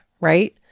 right